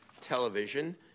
television